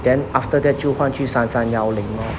then after that 就换去三三幺零